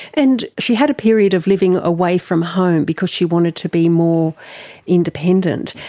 and she had a period of living away from home because she wanted to be more independent.